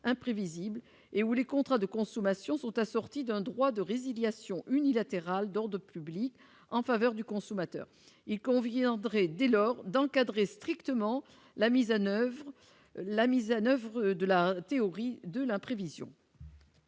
imprévisibles et où les contrats de consommation sont assorties d'un droit de résiliation unilatérale d'ordre public en faveur du consommateur, il conviendrait dès lors d'encadrer strictement la mise à 9 heures la mise à 9 jours de la théorie de l'imprévision.